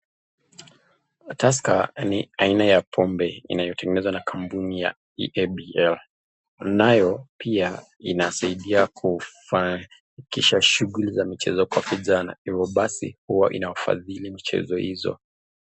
Tusker ni aina ya pombe inayotengenezwa na kampuni ya EABL. Nayo pia, inasaidia kufanikisha shughuli za michezo kwa vijana. Hivo basi huwa inawafadhili michezo hizo.